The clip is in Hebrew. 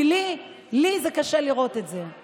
כי לי, לי קשה לראות את זה.